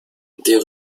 des